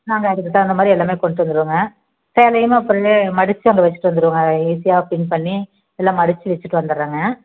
நாங்கள் அதுக்கு தகுந்தமாதிரி எல்லாமே கொண்டுட்டு வந்துடுவோங்க சேலையுமே அப்பயிலே மடித்து அங்கே வச்சுட்டு வந்துடுவோங்க ஈஸியாக பின் பண்ணி எல்லாம் மடித்து வச்சுட்டு வந்துடுறேங்க